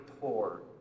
poor